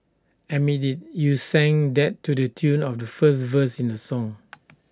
admit IT you sang that to the tune of the first verse in the song